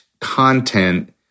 content